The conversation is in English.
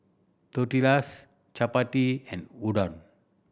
Tortillas Chapati and Udon